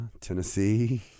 Tennessee